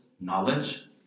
knowledge